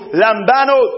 lambano